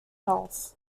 health